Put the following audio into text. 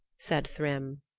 said thrym.